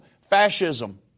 fascism